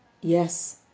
Yes